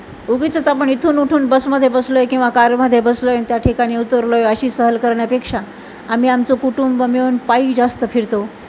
उगीचच आपण इथून उठून बसमध्ये बसलो आहे किंवा कारमध्ये बसलो आहे त्या ठिकाणी उतरलो आहे अशी सहल करण्यापेक्षा आम्ही आमचं कुटुंब मिळून पायी जास्त फिरतो